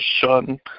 shun